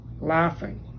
laughing